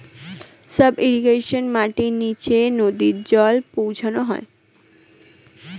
sub irrigation মাটির নিচে নদী জল পৌঁছানো হয়